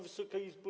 Wysoka Izbo!